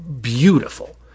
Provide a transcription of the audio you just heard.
beautiful